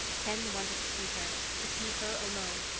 ken wanted to see her to see her alone.